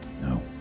No